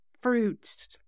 fruits